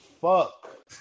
fuck